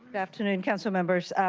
afternoon council members.